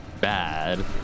bad